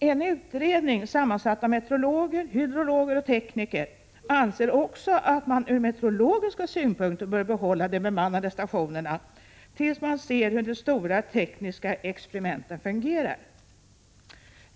En utredning sammansatt av meteorologer, hydrologer och tekniker anser också att man från meteorologiska synpunkter bör behålla de bemannade stationerna tills man ser hur de stora tekniska experimenten fungerar.